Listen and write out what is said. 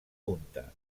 punta